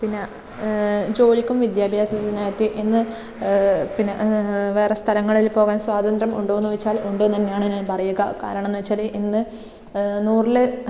പിന്നെ ജോലിക്കും വിദ്യാഭ്യാസത്തിനായിട്ടും ഇന്ന് പിന്നെ വേറെ സ്ഥലങ്ങളിൽ പോകാൻ സ്വാതന്ത്ര്യം ഉണ്ടോയെന്ന് ചോദിച്ചാൽ ഉണ്ട് എന്ന് തന്നെയാണ് ഞാൻ പറയുക കാരണം എന്നു വെച്ചാൽ ഇന്ന് നൂറിൽ